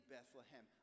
Bethlehem